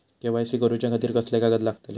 KYC करूच्या खातिर कसले कागद लागतले?